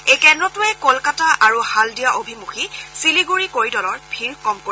এই কেন্দ্ৰটোৱে কলকাতা আৰু হালদিয়া অভিমুখী শিলিগুৰি কৰিডৰত ভিৰ কম কৰিব